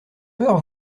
peur